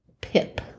Pip